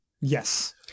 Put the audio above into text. Yes